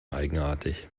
eigenartig